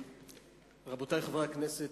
רבותי חברי הכנסת,